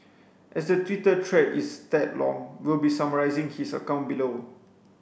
as the Twitter thread is tad long we'll be summarising his account below